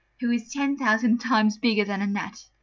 who is ten thousand times bigger than a gnat.